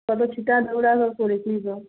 তবে